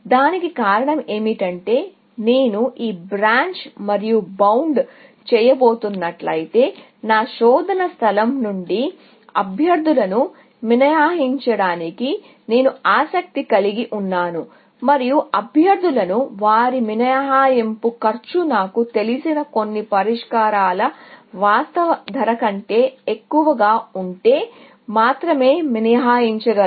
దానికి కారణం ఏమిటంటే నేను ఈ బ్రాంచ్ మరియు బౌండ్ చేయబోతున్నట్లయితే నా శోధన స్థలం నుండి అభ్యర్థులను మినహాయించటానికి నేను ఆసక్తి కలిగి ఉన్నాను మరియు అభ్యర్థులను వారి మినహాయింపు కాస్ట్ నాకు తెలిసిన కొన్ని పరిష్కారాల వాస్తవ ధర కంటే ఎక్కువగా ఉంటే మాత్రమే మినహాయించగలను